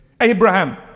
Abraham